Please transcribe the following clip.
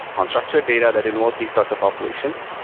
on structured data, that involves these sorts of operations.